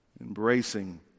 Embracing